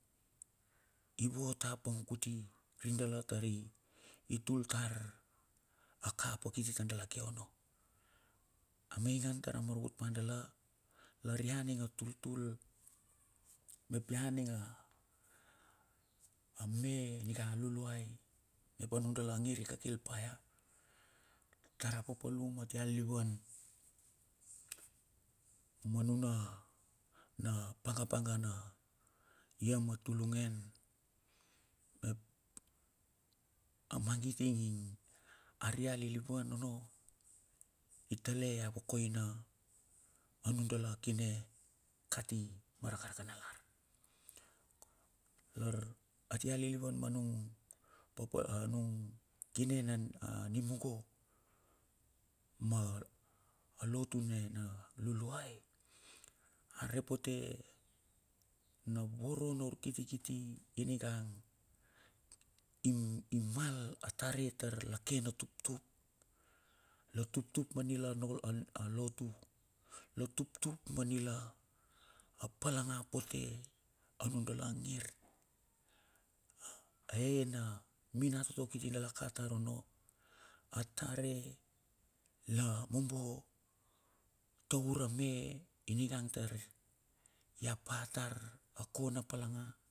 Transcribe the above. I vot apang kuti ren dala tar. Tul ta a kapa kiti tar dala ke onno. A maingan ta a maravut pa dala, lar ia ning a tultul mep ia ning a me ninga a luluai mep anudala ngir i kakil pa ya tar a papalum a tia liivan ma nuna na panga panga na ia ma tulugen mep. A mangit ing a ria lilivan onno i tale ia vakoina a nudala kine kati mar rakaraka na lar, lar a tia lilivan ma nung papa a nung kine ne nimugo ma a lotu ne na luluai arpote na voro na urkiti kiti iningang im im imal atare tar la ke na tuptup. la tuptup a lotu, la tuptupma nila palangapote a nudala ngir. Ae na minatoto kiti dala ka tar onno a tare la mobo taur a me ininga tar ia patar akona palaga.